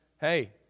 Hey